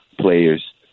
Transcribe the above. players